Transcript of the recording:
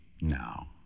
Now